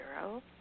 zero